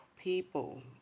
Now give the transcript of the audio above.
People